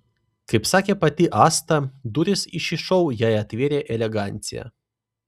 kaip sakė pati asta duris į šį šou jai atvėrė elegancija